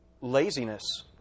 Laziness